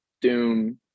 doom